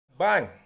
Bang